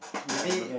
maybe